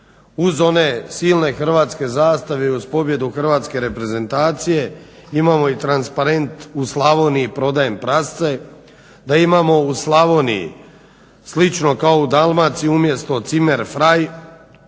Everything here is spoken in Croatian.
uz one silne hrvatske zastave i uz pobjedu Hrvatske reprezentacije imamo i transparent u Slavoniji "Prodajem prasce" da imamo u Slavoniji slično kao u Dalmaciji umjesto zimmer frai